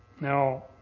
Now